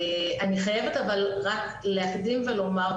אני חייבת אבל רק להקדים ולומר,